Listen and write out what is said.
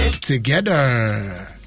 Together